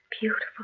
beautiful